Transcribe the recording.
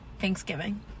Thanksgiving